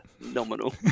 nominal